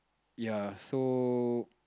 ya so